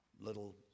little